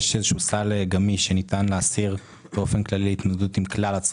סל גמיש שניתן לאסיר באופן כללי להתמודדות עם כלל הצרכים,